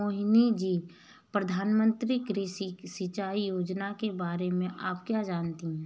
मोहिनी जी, प्रधानमंत्री कृषि सिंचाई योजना के बारे में आप क्या जानती हैं?